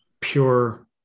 pure